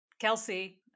kelsey